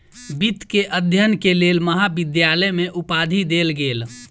वित्त के अध्ययन के लेल महाविद्यालय में उपाधि देल गेल